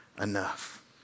enough